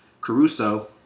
Caruso